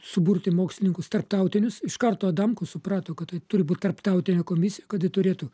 suburti mokslininkus tarptautinius iš karto adamkus suprato kad tai turi būt tarptautinė komisija kad ji turėtų